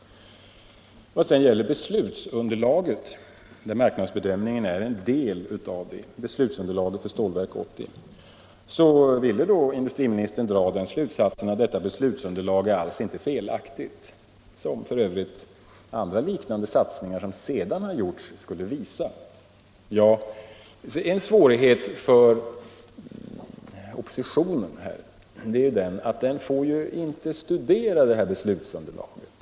Vad sedan angår beslutsunderlaget — som marknadsbedömningen är en del av för Stålverk 80 — ville industriministern dra den slutsatsen att beslutsunderlaget alls inte är felaktigt, vilket f. ö. andra liknande satsningar som sedan har gjorts skulle visa. Ja, en svårighet som oppositionen har är ju att den inte får studera beslutsunderlaget.